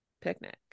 picnic